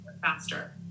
faster